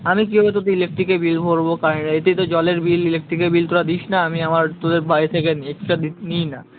আমি কীভাবে তোদের ইলেকট্রিকের বিল ভরবো কারণ এটাতেই তো জলের বিল ইলেকট্রিকের বিল তোরা দিস না আমি আমার তোদের বাড়ি থেকে নিই এক্সট্রা নিই না